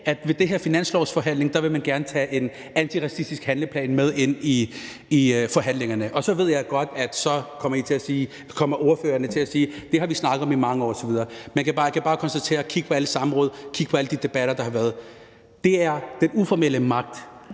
at ved den her finanslovsforhandling vil man gerne tage en antiracistisk handleplan med ind til forhandlingerne. Og så ved jeg godt, at så kommer ordførerne til at sige, at det har de snakket om i mange år osv., men jeg kan bare konstatere, når jeg kigger på alle samråd og kigger på alle de debatter, der har været, at det er den uformelle magt.